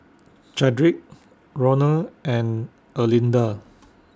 Chadrick Ronal and Erlinda